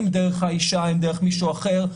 דרך האישה או דרך מישהו אחר.